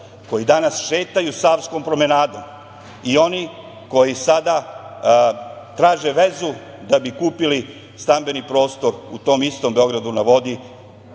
koji danas šetaju Savskom promenadom i oni koji sada traže vezu da bi kupili stambeni prostor u tom istom „Beogradu na vodi“